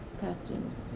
Costumes